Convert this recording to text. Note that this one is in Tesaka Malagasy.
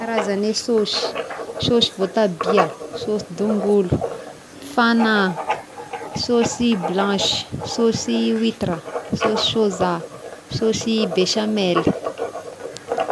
Karazagne sôsy: sôsy voatabia, sôsy dongolo, fagnà, sôsy blanche, sôsy witra, sôsy sôza, sôsy besamely.